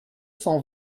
cent